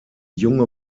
junge